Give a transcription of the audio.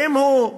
ואם הוא,